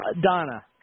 Donna